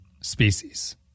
species